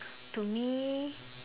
to me